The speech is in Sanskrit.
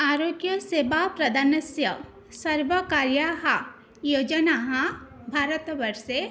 आरोग्य सेवाप्रदानस्य सर्वकार्याः योजनाः भारतवर्षे